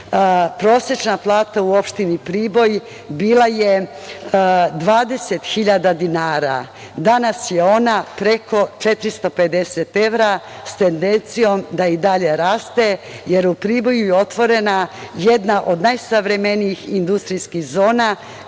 prosečna plata u opštini Priboj bila je 20.000 dinara. Danas je ona preko 450 evra, sa tendencijom da i dalje raste, jer u Priboju je otvorena jedna od najsavremenijih industrijskih zona